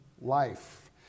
life